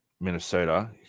Minnesota